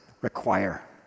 require